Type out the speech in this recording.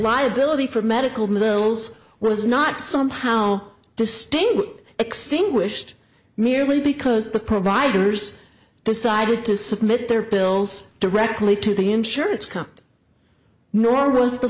liability for medical bills was not somehow distinguished extinguished merely because the providers decided to submit their bills directly to the insurance company nora's the